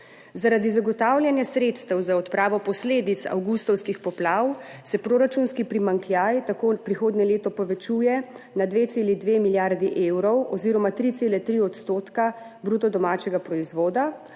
Zaradi zagotavljanja sredstev za odpravo posledic avgustovskih poplav se proračunski primanjkljaj tako prihodnje leto povečuje na 2,2 milijardi evrov oziroma 3,3 % bruto domačega proizvoda,